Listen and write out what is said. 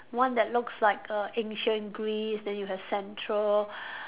one that looks like err ancient Greece then you have central